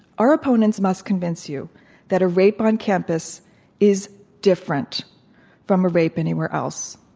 our opponents must convince you that a rape on campus is different from a rape anywhere else.